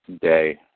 day